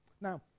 now